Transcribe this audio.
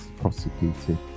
prosecuted